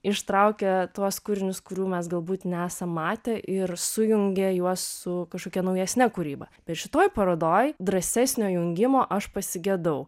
ištraukia tuos kūrinius kurių mes galbūt nesam matę ir sujungia juos su kažkokia naujesne kūryba bet šitoj parodoj drąsesnio jungimo aš pasigedau